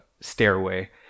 stairway